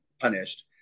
punished